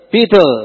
Peter